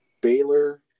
Baylor